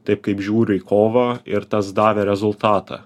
taip kaip žiūriu į kovą ir tas davė rezultatą